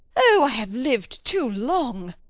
o, i have lived too long.